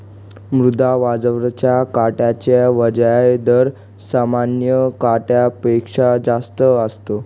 मुद्रा बाजाराच्या खात्याचा व्याज दर सामान्य खात्यापेक्षा जास्त असतो